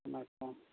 ᱚᱱᱟ ᱠᱚ